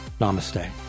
namaste